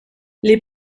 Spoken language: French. les